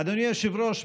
אדוני היושב-ראש,